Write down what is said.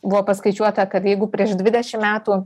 buvo paskaičiuota kad jeigu prieš dvidešimt metų